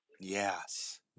Yes